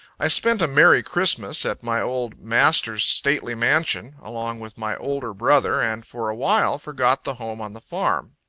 i spent a merry christmas at my old master's stately mansion, along with my older brother, and for a while forgot the home on the farm.